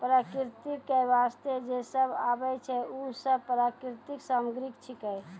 प्रकृति क वास्ते जे सब आबै छै, उ सब प्राकृतिक सामग्री छिकै